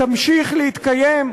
תמשיך להתקיים,